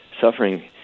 suffering